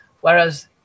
Whereas